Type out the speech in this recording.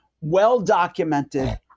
well-documented